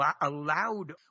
allowed